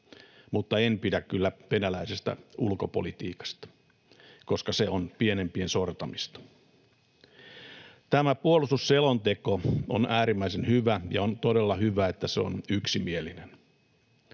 mutta en pidä kyllä venäläisestä ulkopolitiikasta, koska se on pienempien sortamista. Tämä puolustusselonteko on äärimmäisen hyvä, ja on todella hyvä, että se on yksimielinen.